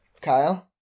Kyle